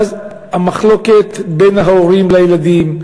ואז במחלוקת בין ההורים לילדים,